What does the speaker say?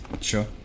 sure